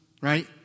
right